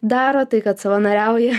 daro tai kad savanoriauja